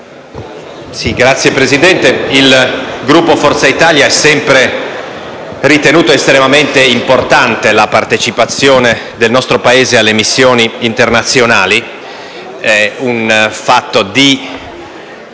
Signor Presidente, il Gruppo di Forza Italia ha sempre ritenuto estremamente importante la partecipazione del nostro Paese alle missioni internazionali, intendendola